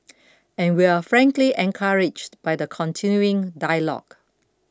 and we're frankly encouraged by the continuing dialogue